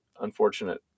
unfortunate